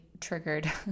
triggered